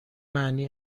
معنی